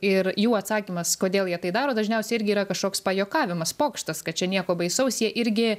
ir jų atsakymas kodėl jie tai daro dažniausiai irgi yra kažkoks pajuokavimas pokštas kad čia nieko baisaus jie irgi